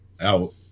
out